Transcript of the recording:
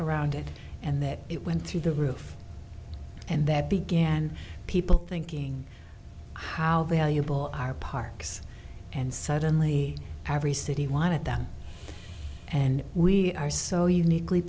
around it and that it went through the roof and that began people thinking how they are you pull our parks and suddenly every city wanted them and we are so uniquely